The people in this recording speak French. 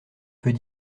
peut